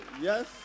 yes